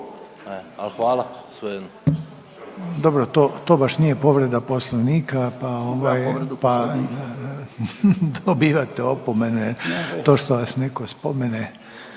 Željko (HDZ)** Dobro to, to baš nije povreda Poslovnika, pa ovaj dobivate opomene to što vas neko spomene